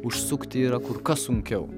užsukti yra kur kas sunkiau